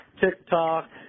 TikTok